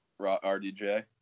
RDJ